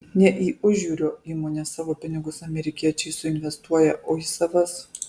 ne į užjūrio įmones savo pinigus amerikiečiai suinvestuoja o į savas